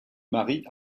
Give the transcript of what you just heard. marient